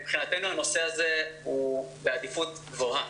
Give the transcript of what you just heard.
מבחינתנו הנושא הזה הוא בעדיפות גבוהה.